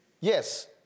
Yes